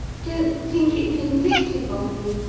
don't think it vindictive of me,